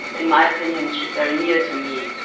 in my opinion she's very near to me.